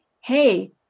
Hey